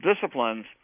disciplines